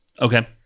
okay